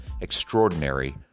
extraordinary